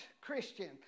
Christian